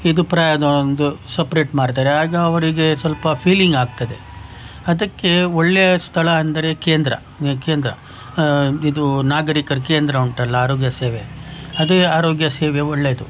ಹೀಗೂ ಪ್ರಾಯದ ಒಂದು ಸಪ್ರೇಟ್ ಮಾಡ್ತಾರೆ ಅದು ಅವರಿಗೆ ಸ್ವಲ್ಪ ಫೀಲಿಂಗ್ ಆಗ್ತದೆ ಅದಕ್ಕೆ ಒಳ್ಳೆಯ ಸ್ಥಳ ಅಂದರೆ ಕೇಂದ್ರ ಈ ಕೇಂದ್ರ ಇದು ನಾಗರಿಕರ ಕೇಂದ್ರ ಉಂಟಲ್ಲ ಆರೋಗ್ಯ ಸೇವೆ ಅದೇ ಆರೋಗ್ಯ ಸೇವೆ ಒಳ್ಳೇದು